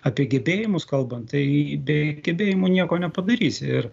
apie gebėjimus kalbant tai be gebėjimų nieko nepadarysi ir